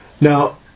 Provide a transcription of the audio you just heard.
Now